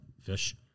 fish